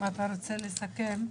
אם אתה רוצה לסכם.